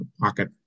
pocket